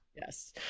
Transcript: Yes